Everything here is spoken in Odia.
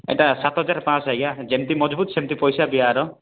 ଏଇଟା ସାତ ହଜାର ପାଞ୍ଚ ଆଜ୍ଞା ଯେମିତି ମଜବୁତ ସେମିତି ପଇସା ବି ଆର